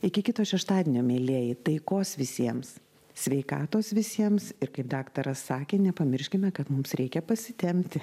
iki kito šeštadienio mielieji taikos visiems sveikatos visiems ir kaip daktaras sakė nepamirškime kad mums reikia pasitempti